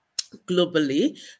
globally